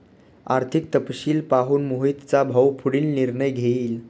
आर्थिक तपशील पाहून मोहितचा भाऊ पुढील निर्णय घेईल